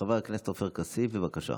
חבר הכנסת עופר כסיף, בבקשה.